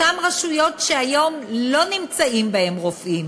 אותן רשויות שהיום לא נמצאים בהן רופאים